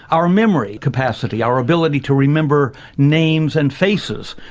our memory capacity, our ability to remember names and faces,